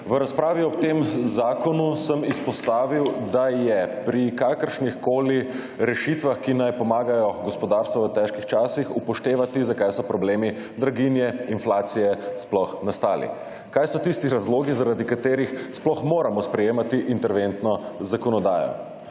V razpravi ob tem zakonu sem izpostavil, da je pri kakršnikoli rešitvah, ki naj pomagajo gospodarstvu v težkih časih upoštevati zakaj so problemi draginje, inflacije sploh nastali. Kaj so tisti razlogi, zaradi katerih sploh moramo sprejemati interventno zakonodajo.